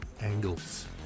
angles